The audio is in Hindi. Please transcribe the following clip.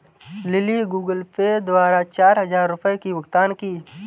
लिली गूगल पे द्वारा चार हजार रुपए की भुगतान की